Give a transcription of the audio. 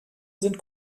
sind